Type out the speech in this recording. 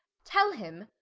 tell him,